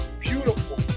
beautiful